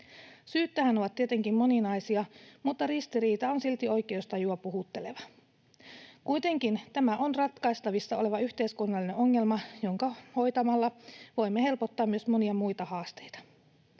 Syyt tähän ovat tietenkin moninaisia, mutta ristiriita on silti oikeustajua puhutteleva. Kuitenkin tämä on ratkaistavissa oleva yhteiskunnallinen ongelma, jonka hoitamalla voimme helpottaa myös monia muita haasteita.